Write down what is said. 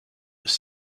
was